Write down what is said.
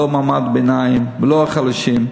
לא למעמד הביניים ולא לחלשים.